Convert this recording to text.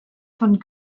von